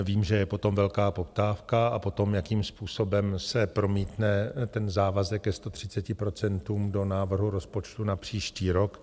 Vím, že je po tom velká poptávka a po tom, jakým způsobem se promítne ten závazek ke 130 % do návrhu rozpočtu na příští rok.